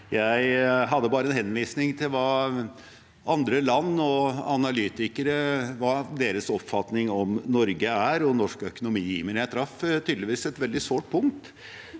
Jeg hadde bare en henvisning til hva andre land og deres analytikeres oppfatning av Norge og norsk økonomi er. Men jeg traff tydeligvis et veldig sårt punkt